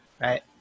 right